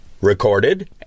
recorded